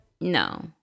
No